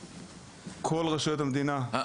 כל רשויות המדינה --- ערן,